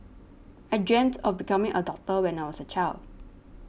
I dreamt of becoming a doctor when I was a child